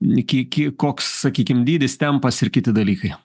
iki iki koks sakykim dydis tempas ir kiti dalykai